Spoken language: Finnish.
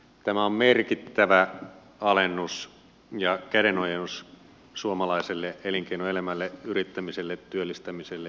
tämä on merkittävä alennus ja kädenojennus suomalaiselle elinkeinoelämälle yrittämiselle työllistämiselle investoinneille siellä